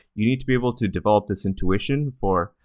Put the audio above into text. you need to be able to develop this intuition for,